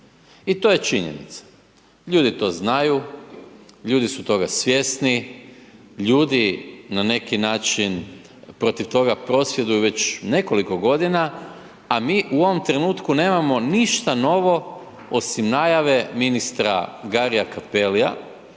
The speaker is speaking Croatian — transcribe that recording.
I to je činjenica. Ljudi to znaju, ljudi su toga svjesni, ljudi na neki način protiv toga prosvjeduju već nekoliko godina, a mi u ovom trenutku nemamo ništa novo osim najave ministra Gari-ja Cappelli-ja